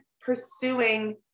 pursuing